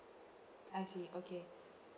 I see okay